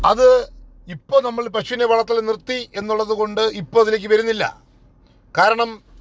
അത് ഇപ്പോൾ നമ്മൾ പശുവിനെ വളർത്തൽ നിർത്തി എന്നുള്ളതുകൊണ്ട് ഇപ്പോൾ അതിലേക്ക് വരുന്നില്ല കാരണം